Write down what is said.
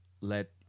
let